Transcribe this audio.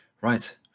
Right